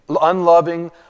unloving